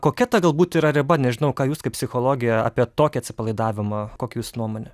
kokia ta galbūt yra riba nežinau ką jūs kaip psichologė apie tokį atsipalaidavimą kokia jūsų nuomonė